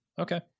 Okay